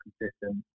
consistent